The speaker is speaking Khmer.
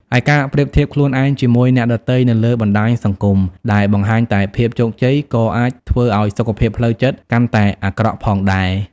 ឯការប្រៀបធៀបខ្លួនឯងជាមួយអ្នកដទៃនៅលើបណ្តាញសង្គមដែលបង្ហាញតែភាពជោគជ័យ ក៏អាចធ្វើឱ្យសុខភាពផ្លូវចិត្តកាន់តែអាក្រក់ផងដែរ។